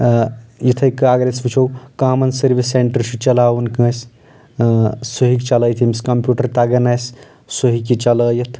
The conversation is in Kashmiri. یِتھٕے کٔنۍ اگر أسۍ وٕچھو کامن سٔروِس سینٹر چھُ چلاوُن کٲنٛسہِ سُہ ہٮ۪کہِ چلٲوِتھ ییٚمِس کمپیوٗٹر تگان آسہِ سُہ ہٮ۪کہِ یہِ چلٲیِتھ